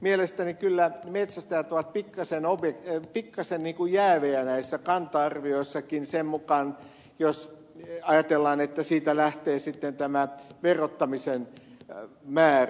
mielestäni kyllä metsästäjät ovat pikkasen jäävejä näissä kanta arvioissakin sen mukaan jos ajatellaan että siitä lähtee tämä verottamisen määrä